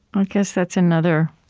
i guess that's another